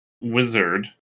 wizard